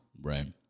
Right